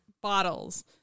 bottles